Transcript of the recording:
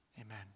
Amen